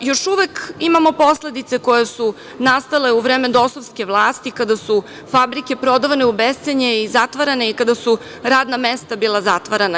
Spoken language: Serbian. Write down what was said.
Još uvek imamo posledice koje su nastale u vreme dosovske vlasti, kada su fabrike prodavane u bescenje i zatvarane, kada su radna mesta bila zatvarana.